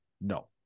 No